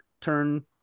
turn